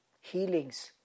Healings